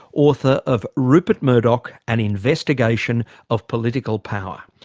author of rupert murdoch. an investigation of political power.